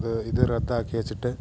അത് ഇത് റദ്ദാക്കിയേച്ചിട്ട്